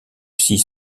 six